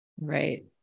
Right